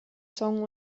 song